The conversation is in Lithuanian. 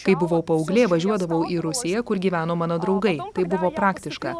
kai buvau paauglė važiuodavau į rusiją kur gyveno mano draugai tai buvo praktiška